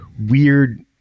weird